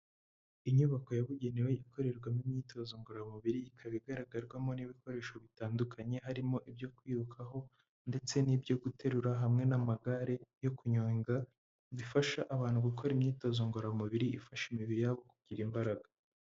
Inyubako yabugenewe ikorerwamo imyitozo ngororamubiri ikaba igaragarwamo n'ibikoresho bitandukanye harimo ibyo kwirukaho ndetse n'ibyo guterura hamwe n'amagare yo kunyonga zifasha abantu gukora imyitozo ngororamubiri ifasha imibiri y'abo kugira imbaraga.